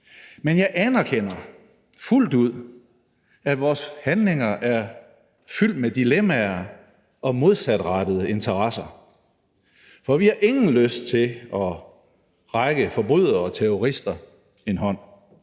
Men jeg anerkender fuldt ud, at vores handlinger er fyldt med dilemmaer og modsatrettede interesser, for vi har ingen lyst til at række forbrydere og terrorister en hånd.